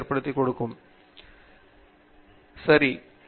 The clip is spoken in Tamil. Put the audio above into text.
பேராசிரியர் பிரதாப் ஹரிதாஸ் சரி அது பெரியது